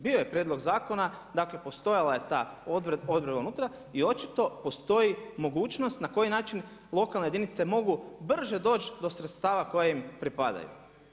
Bio je prijedlog zakona, dakle postojala je ta odredba unutra i očito postoji mogućnost na koji način lokalne jedince mogu brže doći do sredstva koje im pripadaju.